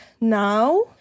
now